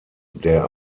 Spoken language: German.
der